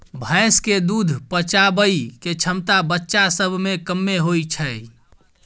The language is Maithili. भैंस के दूध पचाबइ के क्षमता बच्चा सब में कम्मे होइ छइ